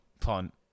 punt